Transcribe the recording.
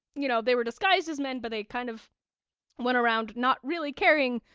you know, they were disguised as men, but they kind of went around not really caring.